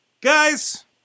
Guys